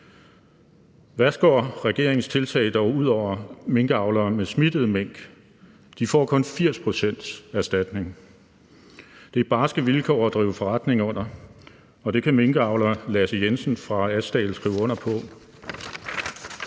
Værst går regeringens tiltag dog ud over minkavlere med smittede mink. De får kun 80 pct.s erstatning. Det er barske vilkår at drive forretning under, og det kan minkavler Lasse Jensen fra Asdal skrive under på.